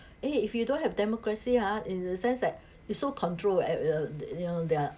!hey! if you don't have democracy ah in the sense that it's so control at the you know there are